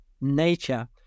nature